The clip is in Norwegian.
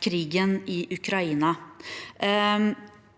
krigen i Ukraina.